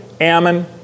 ammon